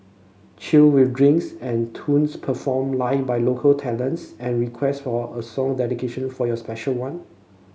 chill with drinks and tunes performed live by local talents and request for a song dedication for your special one